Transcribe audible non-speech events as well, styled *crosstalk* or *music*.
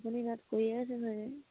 আপুনি তাত কৰিয়ে আছে *unintelligible*